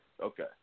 okay